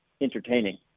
entertaining